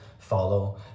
follow